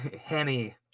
Henny